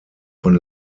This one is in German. von